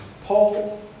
Paul